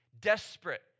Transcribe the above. desperate